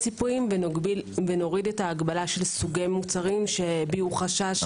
הציפויים ונוריד את ההגבלה של סוגי מוצרים שהביעו חשש.